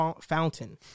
Fountain